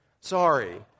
sorry